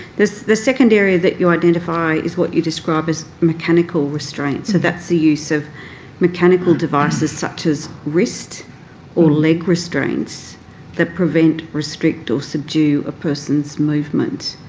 the second area that you identify is what you describe as mechanical restraint. so that's the use of mechanical devices such as wrist or leg restraints that prevent, restrict or subdue a person's movement.